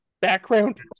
background